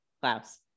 Klaus